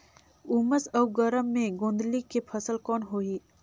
उमस अउ गरम मे गोंदली के फसल कौन होही?